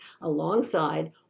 alongside